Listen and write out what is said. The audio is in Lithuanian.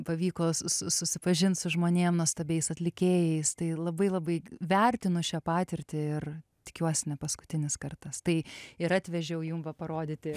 pavyko su su susipažint su žmonėm nuostabiais atlikėjais tai labai labai vertinu šią patirtį ir tikiuosi nepaskutinis kartas tai ir atvežiau jum va parodyti